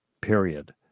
period